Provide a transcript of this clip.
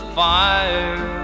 fire